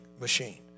machine